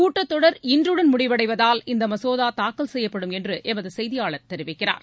கூட்டத்தொடர் இன்றுடன் முடிவடைவதால் இந்த மசோதா தாக்கல் செய்யப்படும் எமது செய்தியாளர் தெரிவிக்கிறார்